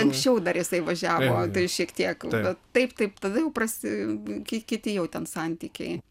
anksčiau dar jisai važiavo tai šiek tiek taip taip tada jau prasi kiti jau ten santykiai